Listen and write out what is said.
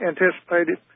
anticipated